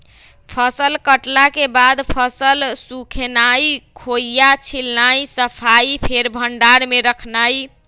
फसल कटला के बाद फसल सुखेनाई, खोइया छिलनाइ, सफाइ, फेर भण्डार में रखनाइ